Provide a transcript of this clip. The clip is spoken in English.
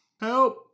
Help